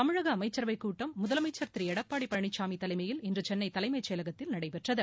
தமிழக அமைச்சரவை கூட்டம் முதலமைச்சர் திரு எடப்பாடி பழனிசாமி தலைமையில் இன்று சென்னை தலைமை செயலகத்தில் நடைபெற்றது